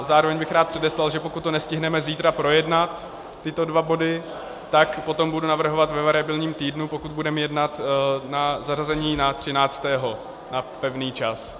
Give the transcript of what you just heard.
Zároveň bych rád předeslal, že pokud to nestihneme zítra projednat tyto dva body, tak potom budu navrhovat ve variabilním týdnu, pokud budeme jednat, o zařazení na 13. 11. na pevný čas.